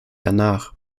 danach